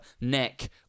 neck